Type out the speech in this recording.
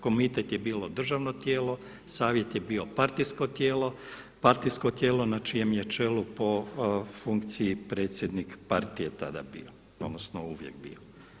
Komitet je bilo državno tijelo, savjet je bilo partijsko tijelo, partijsko tijelo na čijem je čelu po funkciji predsjednik partije tada bio, odnosno uvijek bio.